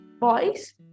boys